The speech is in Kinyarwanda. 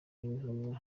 intumwa